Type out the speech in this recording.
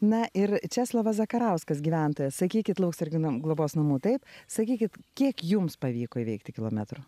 na ir česlovas zakarauskas gyventojas sakykit lauksargių namų globos namų taip sakykit kiek jums pavyko įveikti kilometrų